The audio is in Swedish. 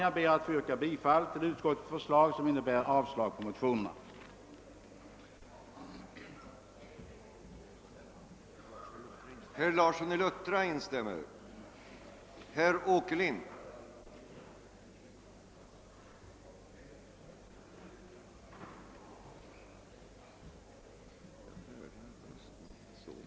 Jag ber även på denna punkt att få yrka bifall till utskottets förslag, som innebär att motionen avstyrks.